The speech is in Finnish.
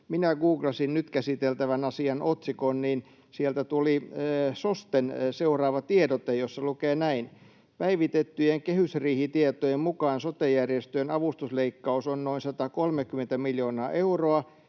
googlasin nyt käsiteltävän asian otsikon, niin sieltä tuli SOSTEn seuraava tiedote, jossa lukee näin: ”Päivitettyjen kehysriihitietojen mukaan sote-järjestöjen avustusleikkaus on noin 130 miljoonaa euroa,